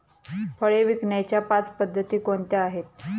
फळे विकण्याच्या पाच पद्धती कोणत्या आहेत?